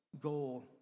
goal